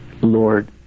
Lord